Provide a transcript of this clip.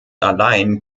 allein